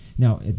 Now